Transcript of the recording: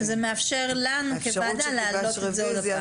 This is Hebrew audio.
--- זה מאפשר לנו כוועדה להעלות את זה עוד הפעם.